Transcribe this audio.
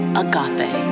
agape